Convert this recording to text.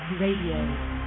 Radio